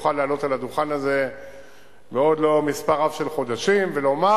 יוכל לעלות על הדוכן הזה בעוד לא מספר רב של חודשים ולומר: